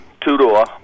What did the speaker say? Two-door